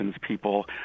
people